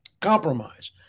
compromise